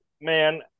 man